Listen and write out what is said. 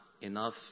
enough